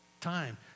Time